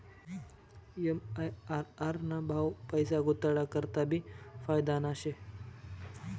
MIRR ना भाव पैसा गुताडा करता भी फायदाना शे